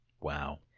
Wow